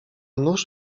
nuż